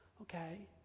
okay